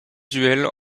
duel